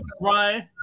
Ryan